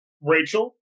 Rachel